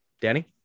Danny